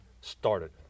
started